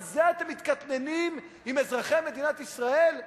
על זה אתם מתקטננים עם אזרחי מדינת ישראל?